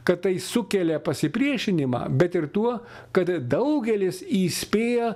kad tai sukelia pasipriešinimą bet ir tuo kad daugelis įspėja